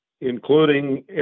including